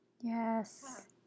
yes